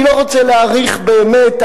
אני לא רוצה להאריך באמת,